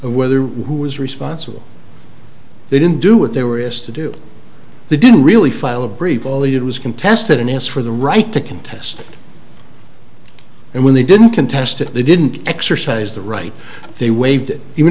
of whether who was responsible they didn't do what they were is to do they didn't really file a brief all the it was contested and asked for the right to contest and when they didn't contest it they didn't exercise the right they waived it even